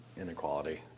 inequality